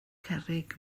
cerrig